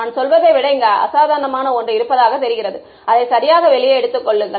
நான் சொல்வதை விட இங்கே அசாதாரணமான ஒன்று இருப்பதாக தெரிகிறது அதை சரியாக வெளியே எடுத்துக் கொள்ளுங்கள்